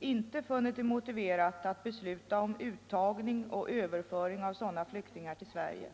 inte funnit det motiverat att besluta om uttagning och överföring av sådana flyktingar till Sverige.